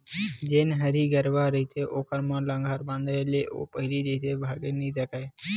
जेन हरही गरूवा रहिथे ओखर म लांहगर बंधाय ले ओ पहिली जइसे भागे नइ सकय